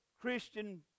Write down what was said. Christian